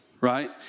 right